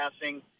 passing